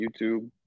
YouTube